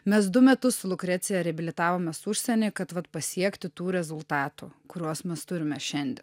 mes du metus su lukrecija reabilitavomės užsieny kad vat pasiekti tų rezultatų kuriuos mes turime šiandien